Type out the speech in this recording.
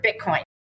Bitcoin